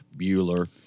Bueller